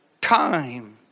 time